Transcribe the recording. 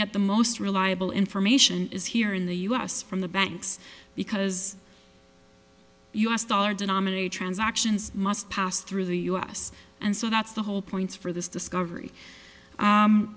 get the most reliable information is here in the us from the banks because u s dollar denominated transactions must pass through the u s and so that's the whole points for this discovery